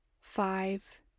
five